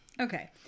Okay